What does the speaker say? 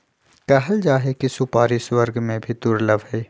कहल जाहई कि सुपारी स्वर्ग में भी दुर्लभ हई